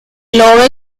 love